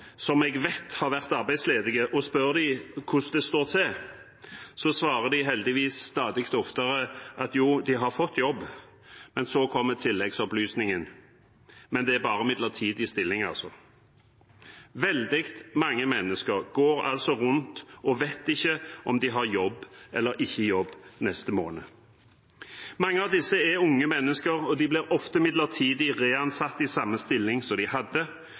som jeg vet har vært arbeidsledige, og spør dem om hvordan det står til, svarer de heldigvis stadig oftere at jo, de har fått jobb, men så kommer tilleggsopplysningen om at det bare er en midlertidig stilling. Veldig mange mennesker går rundt uten å vite om de har jobb eller ikke neste måned. Mange av disse er unge mennesker, og de blir ofte midlertidig reansatt i samme stilling som de hadde.